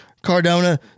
Cardona